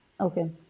okay